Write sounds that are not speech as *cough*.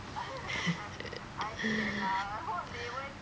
*laughs*